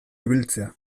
ibiltzea